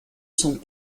sont